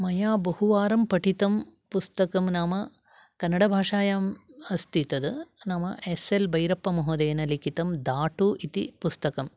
मय बहुवारं पठितं पुस्तकं नाम कन्नडभाषायाम् अस्ति तत् नाम एस् एल् बैरप्पमहोदयेन लिखितं दाटु इति पुस्तकं